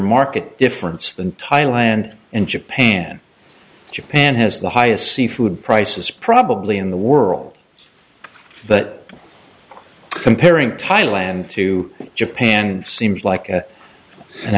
market difference than thailand and japan japan has the highest seafood prices probably in the world but comparing thailand to japan seems like